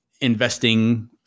investing